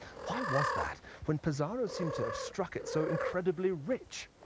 why was that, when pizarro seemed to have struck it so incredibiy rich?